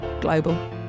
global